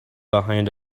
behind